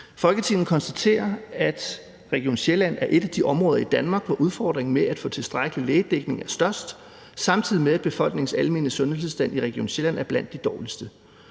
»Folketinget konstaterer, at Region Sjælland er ét af de områder i Danmark, hvor udfordringen med at få tilstrækkelig lægedækning er størst, samtidig med at befolkningens almene sundhedstilstand i Region Sjælland er blandt de dårligste.